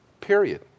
Period